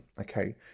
okay